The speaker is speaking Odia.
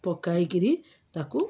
ପକାଇକିରି ତାକୁ